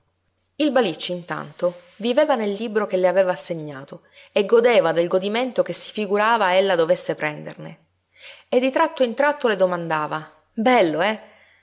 il balicci intanto viveva nel libro che le aveva assegnato e godeva del godimento che si figurava ella dovesse prenderne e di tratto in tratto le domandava bello eh